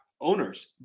owners